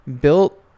built